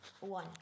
one